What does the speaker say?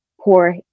poor